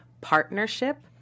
partnership